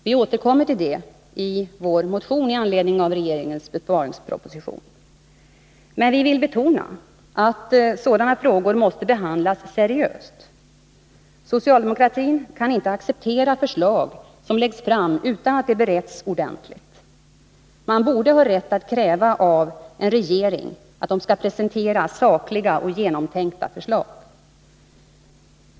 Vi återkommer till det i vår motion med anledning av regeringens besparingsproposition. Men vi vill betona att sådana frågor måste behandlas seriöst. Socialdemokratin kan inte acceptera förslag som läggs fram utan att de beretts ordentligt. Man borde ha rätt att kräva av en regering att den skall presentera sakliga och genomtänkta förslag.